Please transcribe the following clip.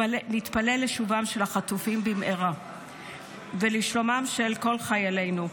נתפלל לשובם של החטופים במהרה ולשלומם של כל חיילינו.